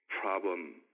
problem